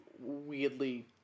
weirdly